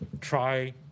try